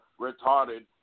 retarded